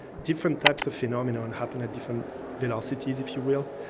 different types of phenomenon happen at different velocities, if you will,